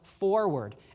Forward